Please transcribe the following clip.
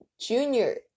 junior